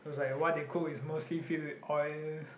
it was like what they cook is mostly filled with oil